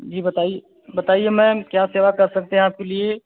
जी बताइए बताइए मैम क्या सेवा कर सकते हैं आप के लिए